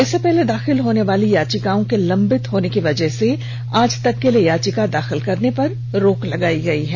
इससे पहले दाखिल होने वाली याचिकाओं के लंबित होने की वजह से आज तक के लिए याचिका दाखिल करने पर रोक लगाई गई है